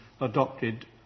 adopted